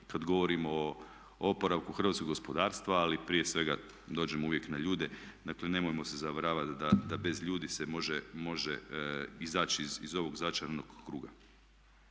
kada govorimo o oporavku hrvatskog gospodarstva ali prije svega dođemo uvijek na ljude, dakle nemojmo se zavaravati da bez ljudi se može izaći iz ovog začaranog kruga.